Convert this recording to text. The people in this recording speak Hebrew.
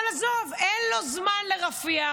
אבל עזוב, אין לו זמן לרפיח,